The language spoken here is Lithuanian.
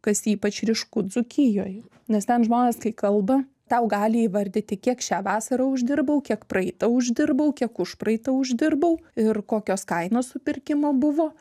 kas ypač ryšku dzūkijoj nes ten žmonės kai kalba tau gali įvardyti kiek šią vasarą uždirbau kiek praeitą uždirbau kiek užpraeitą uždirbau ir kokios kainos supirkimo buvo